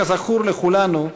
כזכור לכולנו,